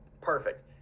perfect